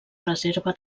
reserva